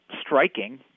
striking